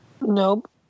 Nope